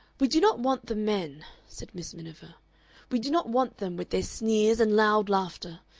we do not want the men, said miss miniver we do not want them, with their sneers and loud laughter.